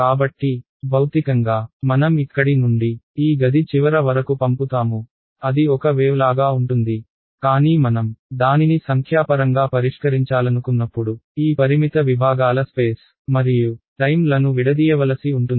కాబట్టి భౌతికంగా మనం ఇక్కడి నుండి ఈ గది చివర వరకు పంపుతాము అది ఒక వేవ్ లాగా ఉంటుంది కానీ మనం దానిని సంఖ్యాపరంగా పరిష్కరించాలనుకున్నప్పుడు ఈ పరిమిత విభాగాల స్పేస్ మరియు టైమ్ లను విడదీయవలసి ఉంటుంది